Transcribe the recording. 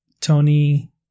Tony